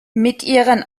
ihren